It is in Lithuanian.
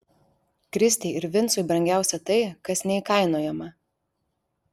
kristei ir vincui brangiausia tai kas neįkainojama